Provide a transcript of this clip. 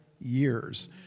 years